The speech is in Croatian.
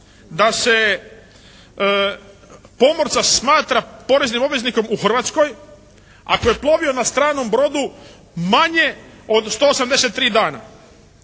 Da se pomorca smatra poreznim obveznikom u Hrvatskoj ako je plovio na stranom brodu manje od 183 dana,